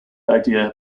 idea